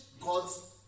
God's